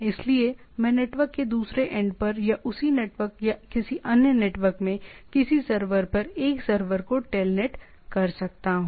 इसलिए मैं नेटवर्क के दूसरे एंड पर या उसी नेटवर्क या किसी अन्य नेटवर्क में किसी सर्वर पर एक सर्वर को TELNET कर सकता हूं